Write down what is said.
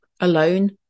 alone